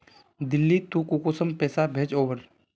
दिल्ली त कुंसम पैसा भेज ओवर?